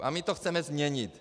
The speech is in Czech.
A my to chceme změnit.